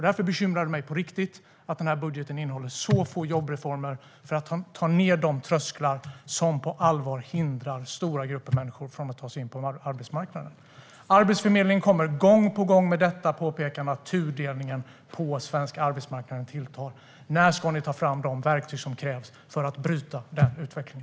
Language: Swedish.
Därför bekymrar det mig på riktigt att denna budget innehåller så få jobbreformer för att sänka de trösklar som allvarligt hindrar stora grupper av människor från att ta sig in på arbetsmarknaden. Arbetsförmedlingen kommer gång på gång med påpekandet att tudelningen på den svenska arbetsmarknaden tilltar. När ska ni ta fram de verktyg som krävs för att bryta denna utveckling?